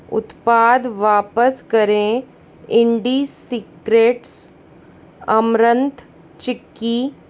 उत्पाद वापस करें इंडिसीक्रेटस अमरंथ चिक्की